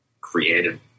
creative